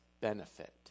benefit